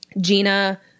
gina